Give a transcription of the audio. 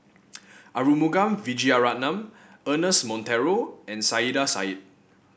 Arumugam Vijiaratnam Ernest Monteiro and Saiedah Said